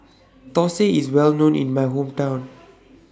Thosai IS Well known in My Hometown